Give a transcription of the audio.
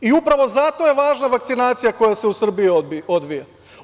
Upravo zato je važna vakcinacija koja se u Srbiji odvija.